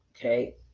Okay